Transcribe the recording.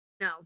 no